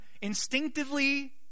instinctively